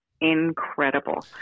incredible